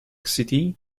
city